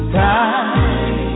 time